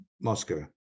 Moscow